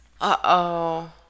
Uh-oh